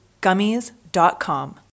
gummies.com